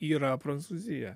yra prancūzija